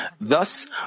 Thus